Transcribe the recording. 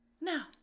Now